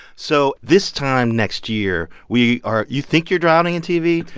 so this time next year, we are you think you're drowning in tv?